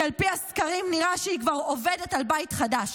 כי על פי הסקרים נראה שהיא כבר עובדת על בית חדש.